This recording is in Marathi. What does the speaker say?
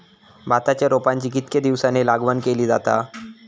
भाताच्या रोपांची कितके दिसांनी लावणी केली जाता?